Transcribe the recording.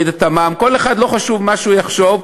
כל אחד, לא חשוב מה שהוא יחשוב,